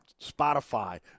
Spotify